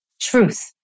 truth